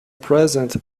present